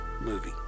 movie